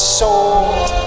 sold